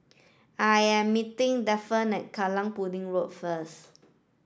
I am meeting Daphne Kallang Pudding Road first